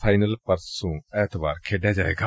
final match ਪਰਸੋਂ ਐਤਵਾਰ ਖੇਡਿਆ ਜਾਏਗਾ